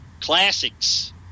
classics